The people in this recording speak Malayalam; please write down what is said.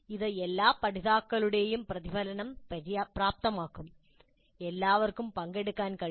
ഇത് എല്ലാ പഠിതാക്കളുടെയും പ്രതിഫലനം പ്രാപ്തമാക്കും എല്ലാവർക്കും പങ്കെടുക്കാൻ കഴിയും